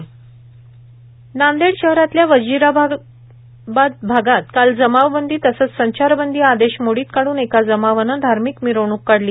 धार्मिक मिरवणक नांदेड शहरातल्या वजीराबाद भागात काल जमावबंदी तसंच संचारबंदी आदेश मोडीत काढून एका जमावाने धार्मिक मिरवणूक काढली